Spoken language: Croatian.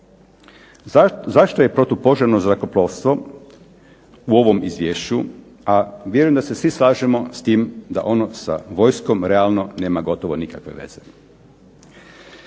Zašto je protupožarno zrakoplovstvo u ovom izvješću, a vjerujem da se svi slažemo s tim da ono sa vojskom realno nema gotovo nikakve veze.